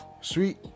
sweet